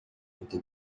alta